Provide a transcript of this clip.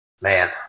man